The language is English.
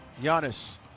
Giannis